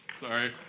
Sorry